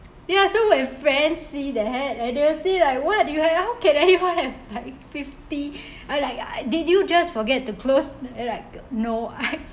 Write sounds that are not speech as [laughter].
ya so when friends see that I had and they feel like what do you have how can anyone have like fifty [breath] I like I did you just forget to close and then like no I